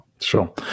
sure